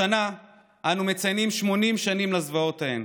השנה אנו מציינים 80 שנים לזוועות ההן.